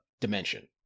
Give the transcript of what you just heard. dimension